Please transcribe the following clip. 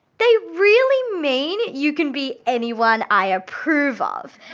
they really mean you can be anyone i approve of.